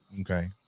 okay